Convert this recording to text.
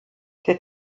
der